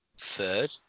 third